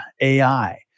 AI